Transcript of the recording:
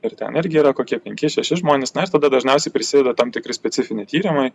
ir ten irgi yra kokie penki šeši žmonės na ir tada dažniausiai prisideda tam tikri specifiniai tyrimai